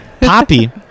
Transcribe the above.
Poppy